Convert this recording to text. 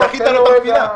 דחית לו את הנפילה.